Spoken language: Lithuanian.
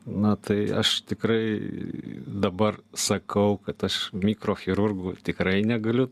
na tai aš tikrai dabar sakau kad aš mikrochirurgu tikrai negaliu